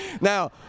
Now